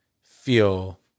feel